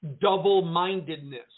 double-mindedness